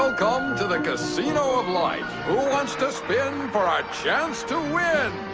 ah to the casino of life. who wants to spin for a chance to win?